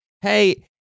hey